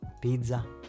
pizza